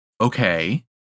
okay